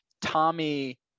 Tommy